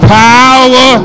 power